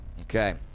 Okay